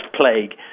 plague